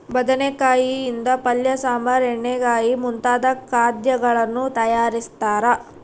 ಬದನೆಕಾಯಿ ಯಿಂದ ಪಲ್ಯ ಸಾಂಬಾರ್ ಎಣ್ಣೆಗಾಯಿ ಮುಂತಾದ ಖಾದ್ಯಗಳನ್ನು ತಯಾರಿಸ್ತಾರ